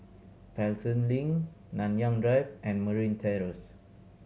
Pelton Link Nanyang Drive and Marine Terrace